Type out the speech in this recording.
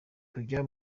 kujya